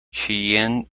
cheyenne